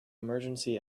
emergency